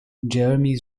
jeremy